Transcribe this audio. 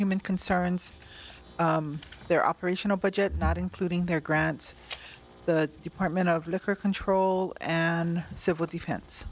human concerns their operational budget not including their grants the department of liquor control and civil defen